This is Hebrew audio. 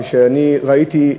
כשאני ראיתי,